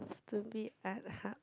stupid